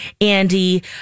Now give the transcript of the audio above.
Andy